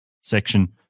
Section